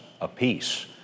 apiece